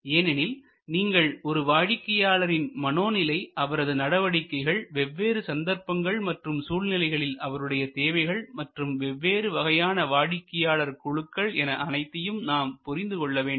ஏனெனில் நீங்கள் ஒரு வாடிக்கையாளரின் மனோநிலை அவரது நடவடிக்கைகள் வெவ்வேறு சந்தர்ப்பங்கள் மற்றும் சூழ்நிலைகளில் அவருடைய தேவைகள் மற்றும் வெவ்வேறு வகையான வாடிக்கையாளர் குழுக்கள் என அனைத்தையும் நாம் புரிந்து கொள்ள வேண்டும்